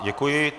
Děkuji.